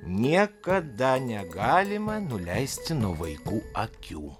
niekada negalima nuleisti nuo vaikų akių